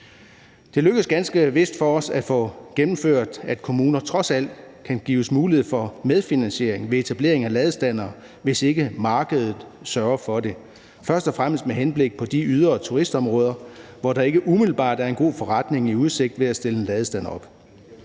Det lykkedes ganske vist for os at få gennemført, at kommuner trods alt kan gives mulighed for medfinansiering ved etablering af ladestandere, hvis ikke markedet sørger for det, først og fremmest med henblik på de ydre turistområder, hvor der ikke umiddelbart er en god forretning i udsigt ved at stille en ladestander op.